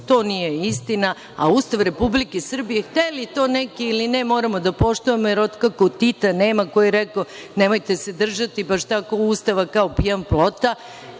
To nije istina. Ustav Republike Srbije, hteli to neki ili ne, moramo da poštujemo, jer od kako Tita nema, koji je rekao – nemojte se držati baš tako Ustava kao pijan plota